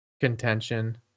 contention